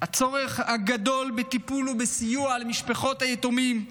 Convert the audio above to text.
הצורך הגדול בטיפול ובסיוע למשפחות היתומים,